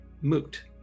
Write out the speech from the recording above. moot